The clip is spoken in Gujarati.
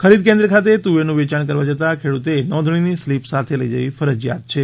ખરીદી કેન્દ્ર ખાતે તુવેરનું વેયાણ કરવા જતા ખેડૂતે નોંધણીની સ્લીપ સાથે લઈ જવી ફરજિયાત છે